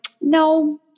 no